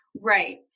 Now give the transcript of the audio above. Right